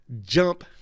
jump